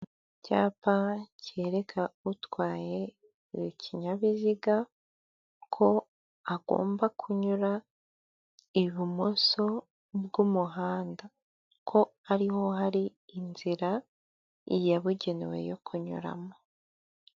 Icyapa cyereka utwaye ikinyabiziga ko agomba kunyura ibumoso bw'umuhanda ko ariho hari inzira yabugenewe yo kunyuramo.